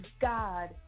God